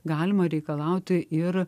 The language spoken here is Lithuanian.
galima reikalauti ir